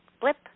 blip